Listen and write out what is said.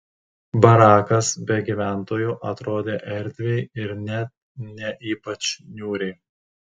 barakas be gyventojų atrodė erdviai ir net ne ypač niūriai